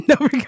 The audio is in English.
no